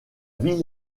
ville